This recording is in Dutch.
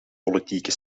politieke